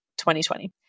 2020